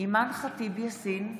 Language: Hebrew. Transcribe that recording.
אימאן ח'טיב יאסין,